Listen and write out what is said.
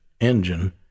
engine